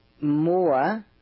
More